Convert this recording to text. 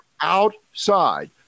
outside